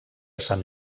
sant